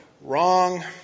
Wrong